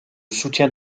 soutien